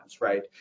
Right